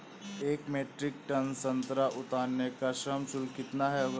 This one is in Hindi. एक मीट्रिक टन संतरा उतारने का श्रम शुल्क कितना होगा?